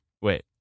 Wait